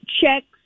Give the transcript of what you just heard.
checks